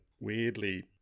weirdly